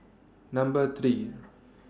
Number three